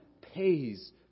pays